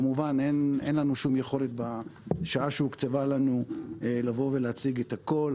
כמובן אין לנו שום יכולת בשעה שהוקצבה לנו להציג את הכול,